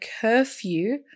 curfew